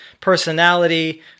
personality